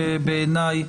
בעיניי,